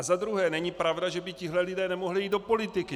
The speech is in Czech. Za druhé není pravda, že by tihle lidé nemohli jít do politiky.